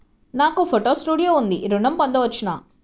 నాకు photo studio ఉంది ఋణం పొంద వచ్చునా?